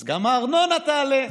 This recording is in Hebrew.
אז גם הארנונה תעלה,